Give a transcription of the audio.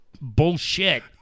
bullshit